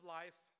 life